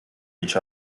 each